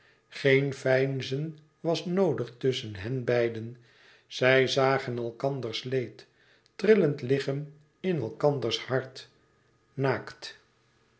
geen veinzen was noodig tusschen henbeiden zij zagen elkanders leed trillend liggen in elkanders hart naakt